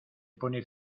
pone